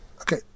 Okay